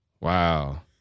Wow